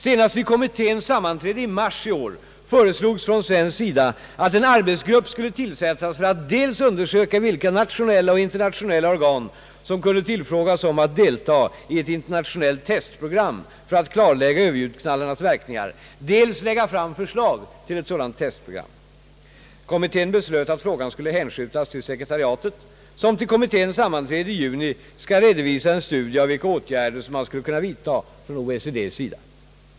Senast vid kommitténs sammanträde i mars i år föreslogs från svensk sida att en arbetsgrupp skulle tillsättas för att dels undersöka vilka nationella och internationella organ som kunde tillfrågas om att delta i ett internationellt testprogram för att klarlägga Ööverljudsknallarnas verkningar, dels lägga fram förslag till ett sådant testprogram. Kommitten beslöt att frågan skulle hänskjutas till sekretariatet som till kommitténs sammanträde i juni skall redovisa en studie av vilka åtgärder man skulle kunna vidta från OECD:s sida.